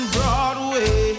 Broadway